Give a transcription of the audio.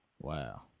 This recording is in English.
Wow